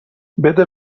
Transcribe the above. بده